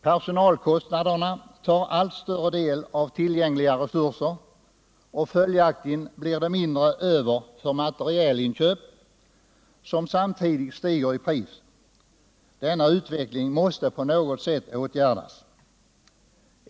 Personalkostnaderna tar allt större del av tillgängliga resurser, och följaktligen blir det mindre över för materielinköp, samtidigt som materielen stiger i pris. Denna utveckling måste på något sätt brytas.